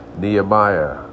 Nehemiah